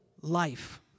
Life